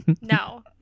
No